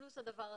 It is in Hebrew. פלוס הדבר הזה.